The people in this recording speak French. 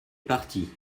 partie